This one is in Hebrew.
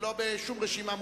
ולא בשום רשימה מוזיקלית.